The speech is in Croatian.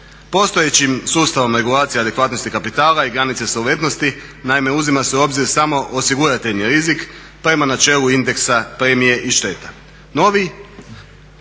Postojećim sustavom regulacija adekvatnosti kapitala i granice solventnosti, naime uzima se u obzir samo osigurateljni rizik prema načelu indeksa premije i šteta.